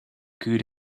good